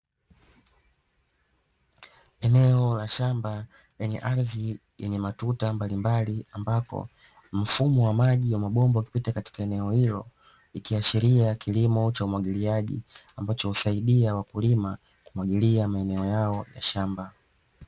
Eneo la shamba lenye ardhi yenye matuta mbalimbali ambako mfumo wa maji wa mabomba ukipita katika eneo hilo, ikiashiria kilimo cha umwagiliaji ambacho husaidia wakulima kumwagilia maeneo yao ya shamba.